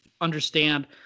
understand